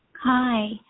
Hi